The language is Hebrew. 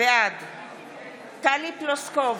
בעד טלי פלוסקוב,